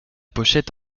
pochette